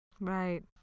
Right